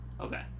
Okay